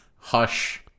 hush